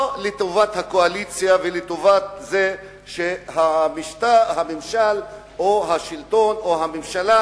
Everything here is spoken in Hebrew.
או לטובת הקואליציה ולטובת זה שהממשל או השלטון או הממשלה